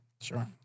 Sure